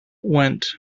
went